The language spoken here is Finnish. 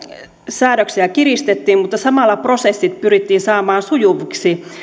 säädöksiä kiristettiin mutta samalla prosessit pyrittiin saamaan sujuviksi